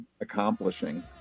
accomplishing